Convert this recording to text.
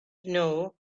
know